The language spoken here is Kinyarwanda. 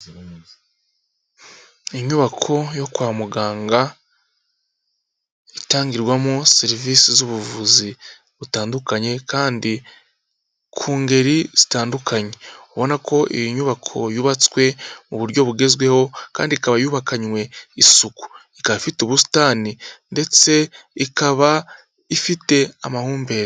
Inyubako yo kwa muganga itangirwamo serivise z'ubuvuzi butandukanye kandi ku ngeri zitandukanye, ubona ko iyi nyubako yubatswe mu buryo bugezweho kandi ikaba yubakanywe isuku, ikaba ifite ubusitani ndetse ikaba ifite amahumbezi.